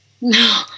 No